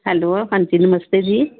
hello ਹਾਂਜੀ ਨਮਸਤੇ ਜੀ